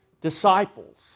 disciples